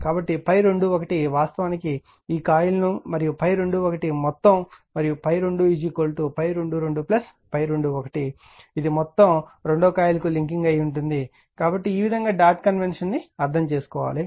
కాబట్టి ∅21 వాస్తవానికి ఈ కాయిల్ను మరియు ∅21 మొత్తం మరియు ∅2 ∅22 ∅21 ఇది మొత్తం కాయిల్ 2 కు లింకింగ్ అయి ఉంటుంది కాబట్టి ఈ విధంగా డాట్ కన్వెన్షన్ ను అర్థం చేసుకోవాలి